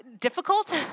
difficult